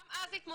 גם אז התמודדנו.